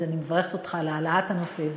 אז אני מברכת אותך על העלאת הנושא.